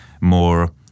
more